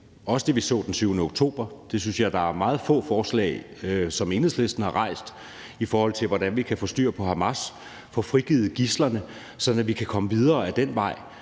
også det, vi så den 7. oktober. Jeg synes, det er meget få forslag, som Enhedslisten har rejst, i forhold til hvordan vi kan få styr på Hamas, få frigivet gidslerne, sådan at vi kan komme videre ad den vej